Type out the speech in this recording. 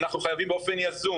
אנחנו חייבים באופן יזום